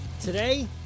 Today